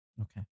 Okay